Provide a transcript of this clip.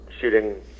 shooting